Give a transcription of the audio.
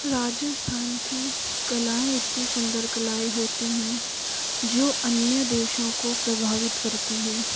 राजिस्थान की कलाएँ इतनी सुंदर कलाएँ होती हैं जो अन्य देशों को प्रभावित करती है